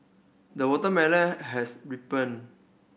the watermelon has ripened